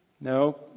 No